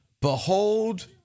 behold